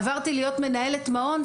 עברתי להיות מנהלת מעון,